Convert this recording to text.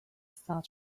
star